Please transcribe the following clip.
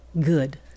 good